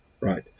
Right